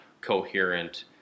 coherent